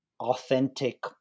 authentic